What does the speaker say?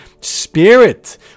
Spirit